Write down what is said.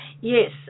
Yes